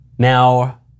Now